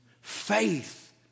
Faith